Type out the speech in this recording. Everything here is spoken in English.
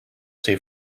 see